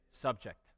subject